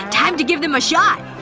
time to give them a shot!